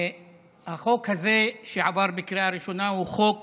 החוק הזה שעבר בקריאה ראשונה הוא חוק